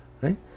Right